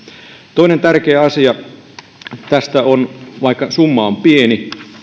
toinen tärkeä asia tässä on vaikka summa on pieni